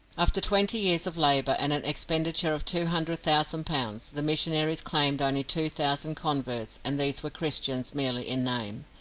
after twenty years of labour, and an expenditure of two hundred thousand pounds, the missionaries claimed only two thousand converts, and these were christians merely in name.